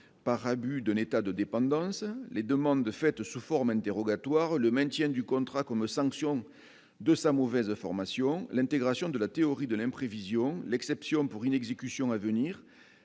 par abus d'un état de dépendance les demandes faites sous forme interrogatoire le maintien du contrat comme sanction de sa mauvaise information, l'intégration de la théorie de l'imprévision l'exception pour une exécution à venir